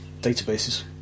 databases